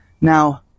Now